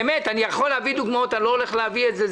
באמת אני יכול להביא דוגמאות אני לא הולך להביא את זה,